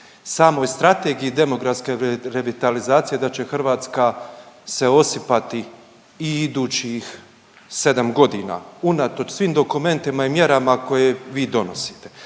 samoj Strategiji demografske revitalizacije da će Hrvatska se osipati i idućih 7.g. unatoč svim dokumentima i mjerama koje vi donosite.